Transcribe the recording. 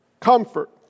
comfort